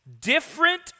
Different